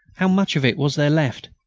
how much of it was there left?